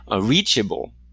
reachable